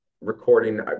recording